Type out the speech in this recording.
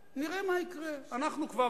ונראה מה יקרה, אנחנו כבר